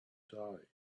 die